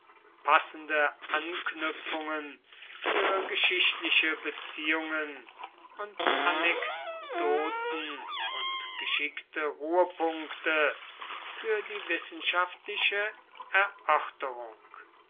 passende anknüpfungen für geschichtliche beziehungen und anekdoten und geschickte ruhepunkte für die wissenschaftliche